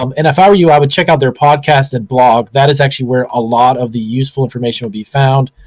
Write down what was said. um and if i were you, i would check out their podcast and blog. that is actually where a lot of the useful information will be found.